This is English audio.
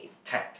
tech